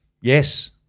Yes